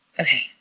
Okay